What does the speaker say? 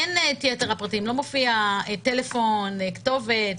אין את יתר הפרטים, לא מופיע טלפון או כתובת.